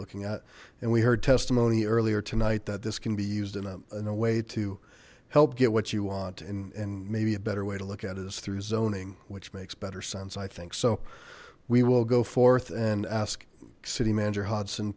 looking at and we heard testimony earlier tonight that this can be used in a way to help get what you want and maybe a better way to look at it is through zoning which makes better sense i think so we will go forth and ask city manager hudson